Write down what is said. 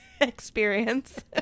experience